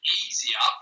easier